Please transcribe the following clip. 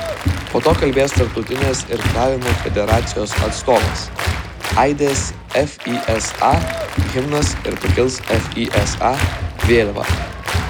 po to kalbės tarptautinės irklavimo federacijos atstovas aidės fisa himnas ir pakils fisa vėliava